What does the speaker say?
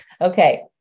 Okay